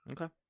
Okay